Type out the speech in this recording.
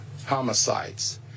homicides